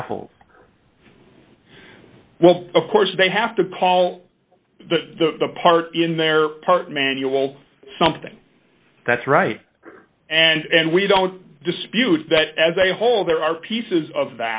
baffle well of course they have to call the part in their manual something that's right and we don't dispute that as a whole there are pieces of